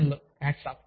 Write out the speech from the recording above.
మీకు కూడా అభినందనలు